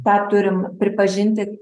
tą turim pripažinti